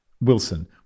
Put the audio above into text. Wilson